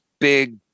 big